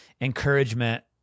encouragement